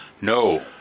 no